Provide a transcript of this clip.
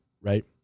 Right